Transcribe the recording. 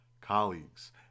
colleagues